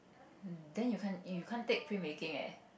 then you can't you can't take film making eh